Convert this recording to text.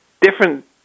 different